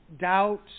doubt